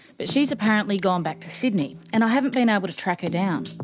but she's apparently gone back to sydney, and i haven't been able to track her down.